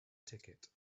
ticket